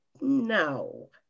No